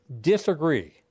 disagree